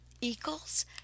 eagles